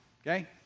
okay